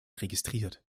registriert